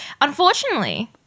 unfortunately